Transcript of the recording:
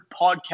podcast